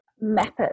methods